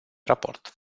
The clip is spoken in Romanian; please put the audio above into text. raport